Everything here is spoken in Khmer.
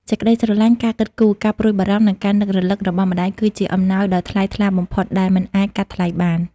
សេចក្ដីស្រឡាញ់ ការគិតគូរ ការព្រួយបារម្ភ និងការនឹករលឹករបស់ម្ដាយគឺជា អំណោយដ៏ថ្លៃថ្លាបំផុត ដែលមិនអាចកាត់ថ្លៃបាន។